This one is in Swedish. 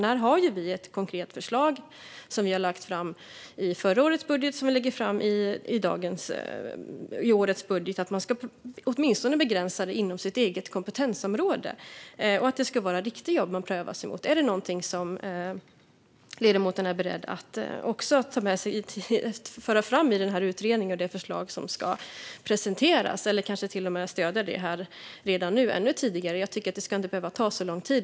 Här har dock vi ett konkret förslag som vi lade fram i förra årets budget och som vi lägger fram även i årets budget, nämligen att det åtminstone ska begränsas till ens eget kompetensområde och att det ska vara riktiga jobb man prövas mot. Är det någonting som ledamoten är beredd att ta med sig i utredningen och i det förslag som ska presenteras, eller kanske till och med stödja redan nu? Jag tycker att det inte ska behöva ta så lång tid.